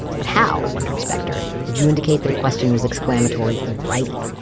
but how, wondered speckter, did you indicate that a question was exclamatory in writing?